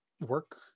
work